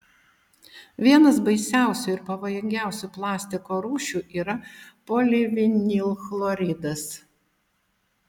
vienas baisiausių ir pavojingiausių plastiko rūšių yra polivinilchloridas